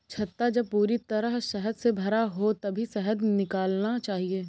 छत्ता जब पूरी तरह शहद से भरा हो तभी शहद निकालना चाहिए